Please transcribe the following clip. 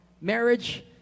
Marriage